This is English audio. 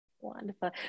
wonderful